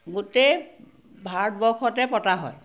গোটেই ভাৰতবৰ্ষতে পতা হয়